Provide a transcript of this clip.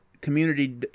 community